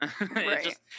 Right